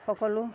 সকলো